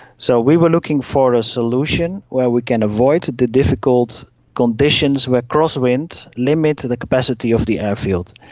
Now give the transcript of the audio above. so we were looking for a solution where we can avoid the difficult conditions where crosswind limits the capacity of the airfield.